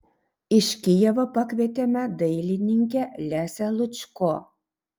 iš kijevo pakvietėme dailininkę lesią lučko